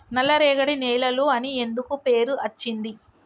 నల్లరేగడి నేలలు అని ఎందుకు పేరు అచ్చింది?